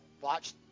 watch